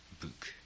book